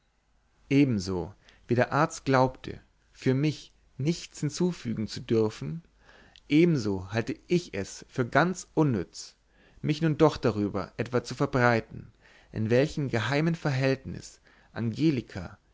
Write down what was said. ebenso wie der arzt glaubte für mich nichts hinzufügen zu dürfen ebenso halte ich es für ganz unnütz mich nun noch darüber etwa zu verbreiten in welchem geheimen verhältnis angelika